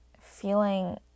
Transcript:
feeling